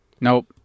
Nope